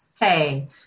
Hey